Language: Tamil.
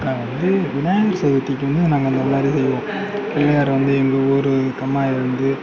நான் வந்து விநாயகர் சதுர்த்திக்கின்னு நாங்கள் அந்தமாதிரி செய்வோம் பிள்ளையாரை வந்து எங்கள் ஊர் கம்மாயில் வந்து